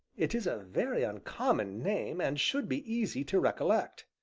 it is a very uncommon name, and should be easy to recollect.